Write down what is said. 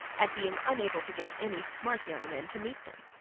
at being unable to get any smart young men to meet them.